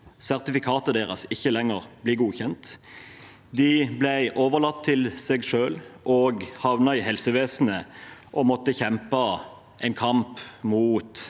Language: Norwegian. sertifikatet deres ikke lenger blir godkjent. De ble overlatt til seg selv, havnet i helsevesenet og måtte kjempe en kamp mot